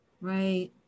Right